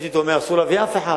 אסור להביא אף אחד.